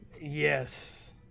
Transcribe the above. Yes